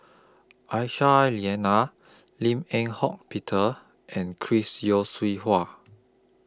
Aisyah Lyana Lim Eng Hock Peter and Chris Yeo Siew Hua